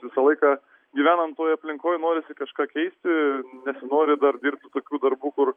visą laiką gyvenant toj aplinkoj norisi kažką keisti nesinori dar dirbti tokių darbų kur